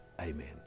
Amen